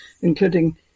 including